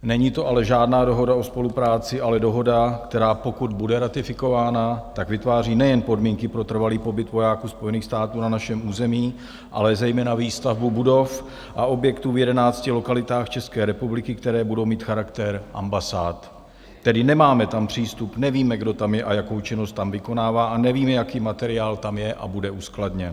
Není to ale žádná dohoda o spolupráci, ale dohoda, která, pokud bude ratifikována, vytváří nejen podmínky pro trvalý pobyt vojáků Spojených států na našem území, ale zejména výstavbu budov a objektů v jedenácti lokalitách České republiky, které budou mít charakter ambasád tedy nemáme tam přístup, nevíme, kdo tam je a jakou činnost tam vykonává, a nevíme, jaký materiál tam je a bude uskladněn.